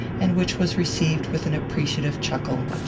and which was received with an appreciative chuckle.